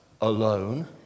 alone